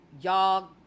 y'all